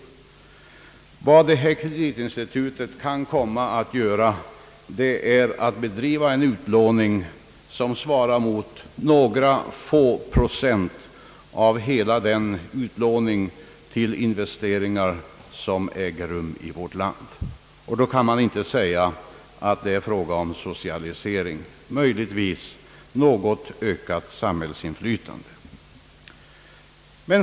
Vad detta kreditinstitut kan göra är att bedriva en utlåning, som svarar mot några få procent av hela den utlåning till investeringar som äger rum i vårt land. Då kan man inte säga att det är fråga om socialisering, men möjligtvis något ökat samhällsinflytande.